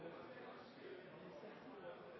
det er